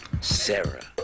Sarah